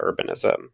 urbanism